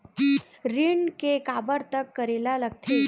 ऋण के काबर तक करेला लगथे?